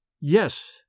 Yes